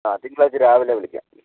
ആ തിങ്കളാഴ്ച രാവിലെ വിളിക്കാം